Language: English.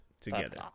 together